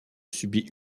subit